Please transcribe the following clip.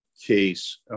case